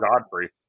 Godfrey